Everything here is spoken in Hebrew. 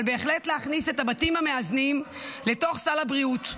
אבל בהחלט להכניס את הבתים המאזנים לתוך סל הבריאות,